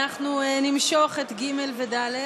אנחנו נמשוך את (ג) ו-(ד).